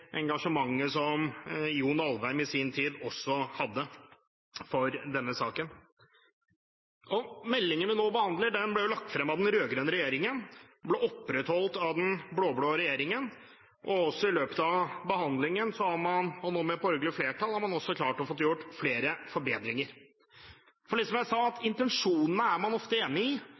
engasjementet som John Alvheim i sin tid hadde for denne saken. Meldingen vi nå behandler, ble lagt frem av den rød-grønne regjeringen. Den ble opprettholdt av den blå-blå regjeringen. I løpet av behandlingen har man – nå med et borgerlig flertall – klart å gjøre flere forbedringer. For som jeg sa, er man ofte enig i